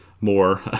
more